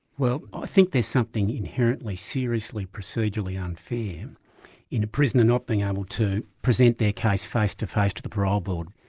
well i think there's something inherently seriously procedurally unfair in a prisoner not being able to present their case face-to-face to the parole board.